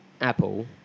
apple